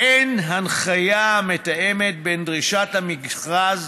אין הנחיה המתאמת בין דרישות המכרז